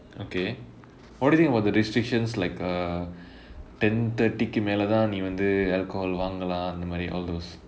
okay what do you think about the restrictions like uh ten thirty கு மேலேதான் நீ வந்து:ku melaethaan nee vanthu alcohol வாங்கலாம் அந்த மாதிரி:vaangalaam antha maathiri all those